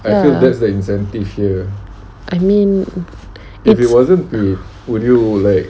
I mean